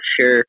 sure